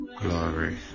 Glory